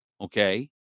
Okay